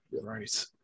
right